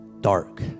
dark